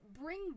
bring